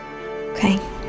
Okay